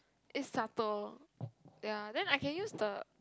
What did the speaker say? eat supper ya then I can use the